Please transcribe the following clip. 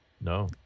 No